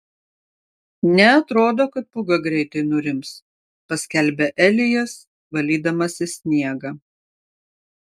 neatrodo kad pūga greitai nurims paskelbia elijas valdydamasis sniegą